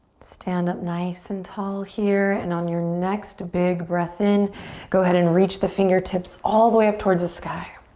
stand up nice and tall here and on your next big breath in go ahead and reach the fingertips all the way up towards the sky.